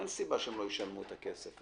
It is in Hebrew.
אין סיבה שהן לא ישלמו את הכסף.